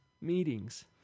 meetings